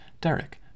Derek